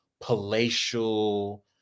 palatial